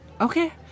Okay